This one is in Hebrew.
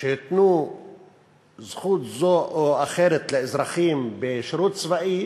כשהתנו זכות זו או אחרת לאזרחים בשירות צבאי,